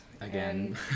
again